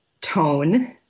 tone